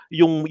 yung